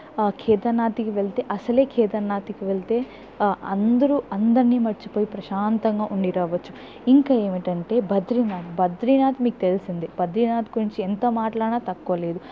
ఆ కేదర్నాథ్కి అసలే కేదర్నాథ్కి వెళ్తే ఆ అందరూ అందర్నీ మర్చిపోయి ప్రశాంతంగా ఉండిరావచ్చు ఇంకా ఏవిటంటే బద్రీనాథ్ బద్రీనాథ్ మీకు తెలిసిందే బద్రీనాథ్ గురించి ఎంత మాట్లాడినా తక్కువ లేదు